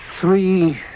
three